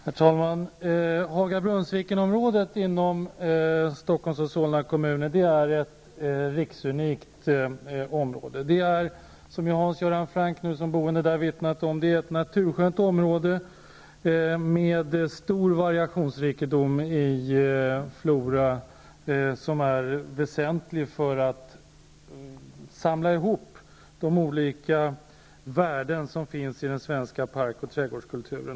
Herr talman! Haga--Brunnsviken-området inom Stockholms och Solna kommuner är ett riksunikt område. Det är, som Hans Göran Franck nu såsom boende där vittnat om, ett naturskönt område med en stor variationsrikedom i fråga om flora, som är väsentlig för att samla de olika värden som finns i den svenska park och trädgårdskulturen.